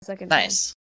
Nice